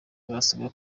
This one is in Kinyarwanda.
barasabwa